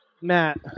Matt